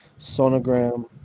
sonogram